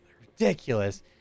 ridiculous